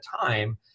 time